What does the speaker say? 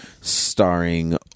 Starring